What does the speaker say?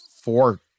four